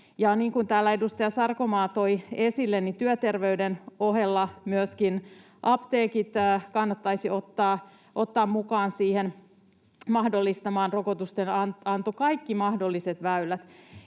täällä edustaja Sarkomaa toi esille, työterveyden ohella myöskin apteekit kannattaisi ottaa mukaan mahdollistamaan rokotusten anto, kaikki mahdolliset väylät.